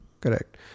Correct